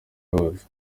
wose